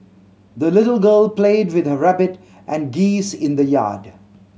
the little girl played with her rabbit and geese in the yard